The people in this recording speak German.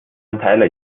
teile